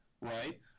right